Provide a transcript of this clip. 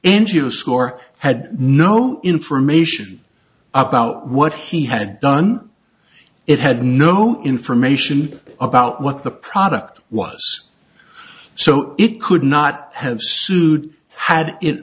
s score had no information about what he had done it had no information about what the product was so it could not have sued had it